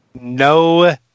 no